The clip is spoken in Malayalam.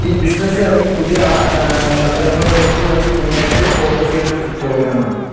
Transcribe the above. ഈ ബിസ്സിനെസ്സ് അല്ലെങ്കിൽ പുതിയ സംരംഭകർക്ക് വേണ്ടി മെയിൻ ആയിട്ട് ഫോക്കസ് ചെയ്യുന്ന ഒരു പ്രോഗ്രാം ആണ്